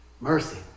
Mercy